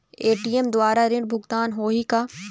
ATM द्वारा ऋण भुगतान होही का?